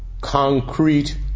concrete